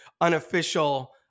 unofficial